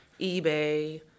eBay